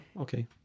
Okay